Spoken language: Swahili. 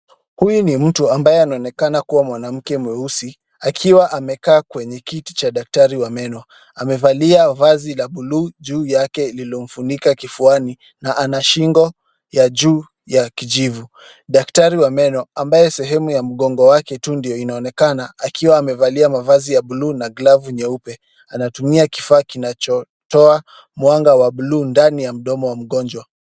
Huyu ni mtu ambaye anaonekana kuwa ni mwanamke mweusi akiwa amekaa kwenye kiti cha daktari wa meno, amevalia vazi la buluu juu yake lililomfunika kifuani na ana shingo ya juu ya kijivu. Daktari wa meno ambaye sehemu ya mgongo wake tu ndio inaonekana, akiwa amevalia mavazi ya buluu na glavu nyeupe anatumia kifaa kinachotoa mwanga wa buluu ndani ya mdomo wa mgonjwa.